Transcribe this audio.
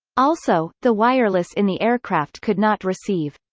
also, the wireless in the aircraft could not receive.